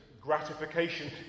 gratification